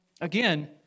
again